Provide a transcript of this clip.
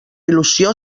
il·lusió